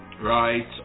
right